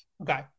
Okay